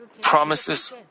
promises